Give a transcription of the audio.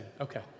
okay